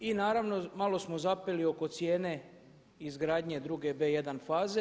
I naravno malo smo zapeli oko cijene izgradnje druge B1 faze.